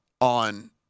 on